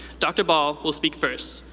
dr. ball will speak first,